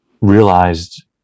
realized